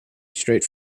straight